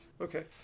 Okay